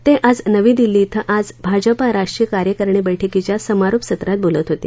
ते आज नवी दिल्ली इथं आज भाजपा राष्ट्रीय कार्यकारिणी बैठकीच्या समारोप सत्रात बोलत होते